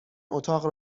اتاق